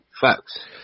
facts